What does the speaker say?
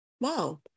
wow